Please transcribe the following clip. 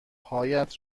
هایت